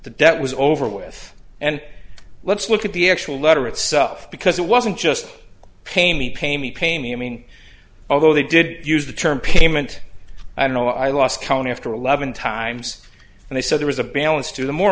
debt was over with and let's look at the actual letter itself because it wasn't just pay me pay me pay me i mean although they did use the term payment i know i lost count after eleven times and they said there was a balance to the more